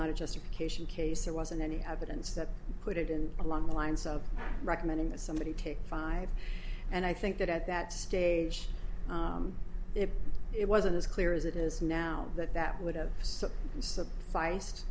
not a justification case there wasn't any evidence that put it in along the lines of recommending that somebody take five and i think that at that stage if it wasn't as clear as it is now that that would have s